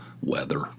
Weather